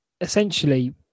essentially